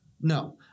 No